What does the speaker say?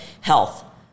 health